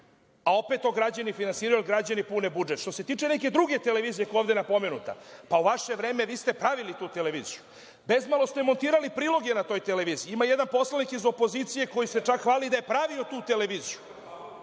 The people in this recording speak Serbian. a opet to građani finansiraju, jer građani pune budžet. Što se tiče neke druge televizije koja je ovde pomenuta, pa u vaše vreme vi ste pravili tu televiziju. Bezmalo ste montirali priloge na toj televiziji. Ima jedan poslanik iz opozicije koji se čak hvali da je pravio tu televiziju.